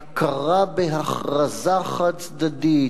הכרה בהכרזה חד-צדדית,